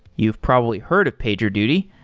you've probably heard of pagerduty.